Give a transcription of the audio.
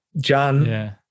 John